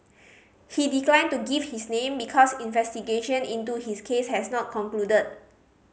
he declined to give his name because investigation into his case has not concluded